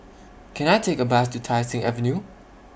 Can I Take A Bus to Tai Seng Avenue